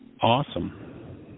awesome